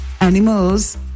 animals